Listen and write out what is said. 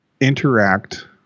interact